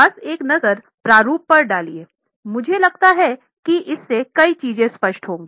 बस एक नजर प्रारूप पर डालिये मुझे लगता है कि इससे कई चीजें स्पष्ट होंगी